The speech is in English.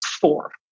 four